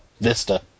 Vista